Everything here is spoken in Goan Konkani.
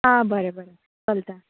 आ बरें बरें चलता